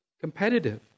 competitive